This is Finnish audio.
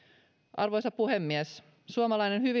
arvoisa puhemies